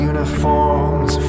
Uniforms